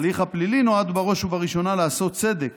ההליך הפלילי נועד בראש ובראשונה לעשות צדק